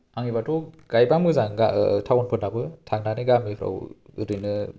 आंनिबाथ' गायब्ला मोजां टाउनफोरनाबो थांनानै गामिफ्राव ओरैनो